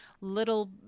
little